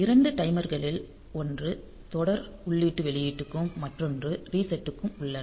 2 டைமர்களில் 1 தொடர் உள்ளீட்டு வெளியீடு க்கும் மற்றொன்று ரீசெட் க்கும் உள்ளன